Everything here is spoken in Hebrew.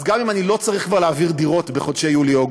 אז גם אם אני לא צריך כבר להעביר דירות בחודשים יולי-אוגוסט,